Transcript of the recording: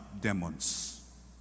demons